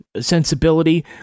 sensibility